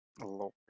Lord